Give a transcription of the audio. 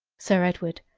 sir edward,